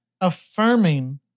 affirming